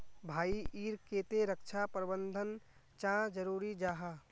भाई ईर केते रक्षा प्रबंधन चाँ जरूरी जाहा?